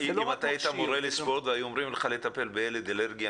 אם אתה היית מורה לספורט והיו אומרים לך לטפל בילד אלרגי,